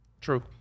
true